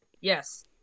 Yes